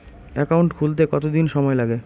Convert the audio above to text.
Account খুলতে কতদিন সময় লাগে?